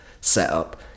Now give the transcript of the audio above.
setup